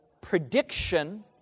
prediction